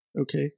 okay